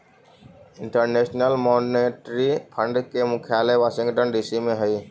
international monetary fund के मुख्यालय Washington DC में हई